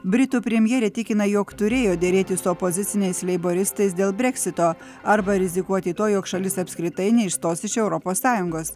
britų premjerė tikina jog turėjo derėtis su opoziciniais leiboristais dėl breksito arba rizikuoti tuo jog šalis apskritai neišstos iš europos sąjungos